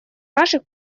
наших